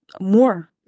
more